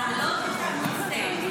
להעלות את הנושא.